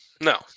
no